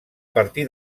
partir